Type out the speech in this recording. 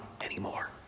anymore